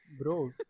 Bro